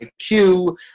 IQ